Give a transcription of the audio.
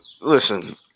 Listen